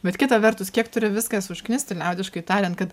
bet kita vertus kiek turi viskas užknisti liaudiškai tariant kad